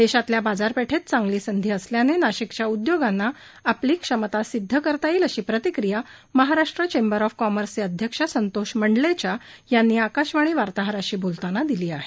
देशातल्या बाजारपेठेत चांगली संधी असल्याने नाशिकच्या उद्योगांना याम्ळे आपली क्षमता सिद्ध करता येईल अशी प्रतिक्रिया महाराष्ट्र चेंबर ऑफ कॉमर्सचे अध्यक्ष संतोष मंडलेचा यांनी आकाशवाणीच्या वार्ताहराशी बोलताना दिली आहे